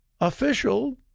official